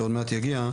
שעוד מעט יגיע,